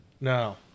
no